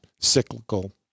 cyclical